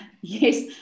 Yes